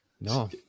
no